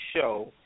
show